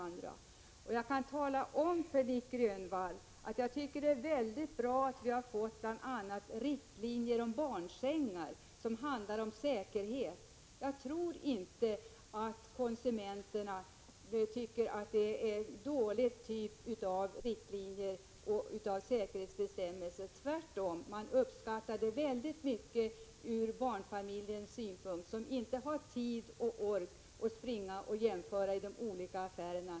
Jag kan tala om för Nic Grönvall att jag tycker det är bra att vi har fått bl.a. riktlinjer för säkerheten när det handlar om barnsängar. Jag tror inte att konsumenterna tycker att det är en dålig typ av riktlinjer och säkerhetsbestämmelser. Tvärtom uppskattas detta mycket av barnfamiljer, som inte har tid och ork att springa och jämföra i olika affärer.